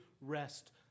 rest